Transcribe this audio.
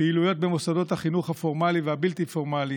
פעילויות במוסדות החינוך הפורמלי והבלתי-פורמלי,